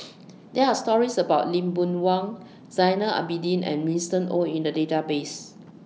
There Are stories about Lee Boon Wang Zainal Abidin and Winston Oh in The Database